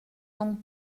donc